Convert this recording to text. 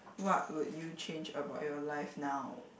what would you change about your life now